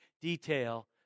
detail